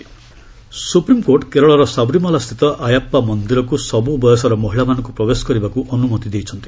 SC Sabarimala supreme court କେରଳର ସାବରିମାଳାସ୍ଥିତ ଆୟାପ୍ପା ମନ୍ଦିରକୁ ସବୁ ବୟସର ମହିଳାମାନଙ୍କୁ ପ୍ରବେଶ କରିବାକୁ ଅନୁମତି ଦେଇଛନ୍ତି